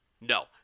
No